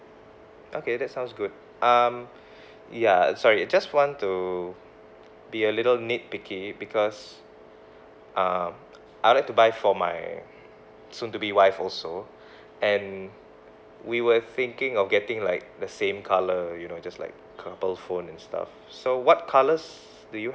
okay that sounds good um ya sorry I just want to be a little nitpicky because um I would like to buy for my soon to be wife also and we were thinking of getting like the same colour you know just like couple phone and stuff so what colours do you